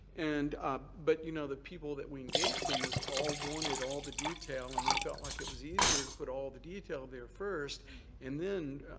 and ah but you know the people that we engaged in this all wanted all the detail and we felt like it was easier to put all the detail there first and then.